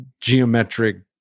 geometric